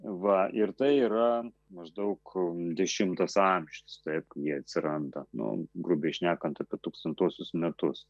va ir tai yra maždaug dešimtas amžius taip jie atsiranda nu grubiai šnekant apie tūkstantuosius metus